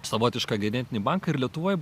savotišką genetinį banką ir lietuvoj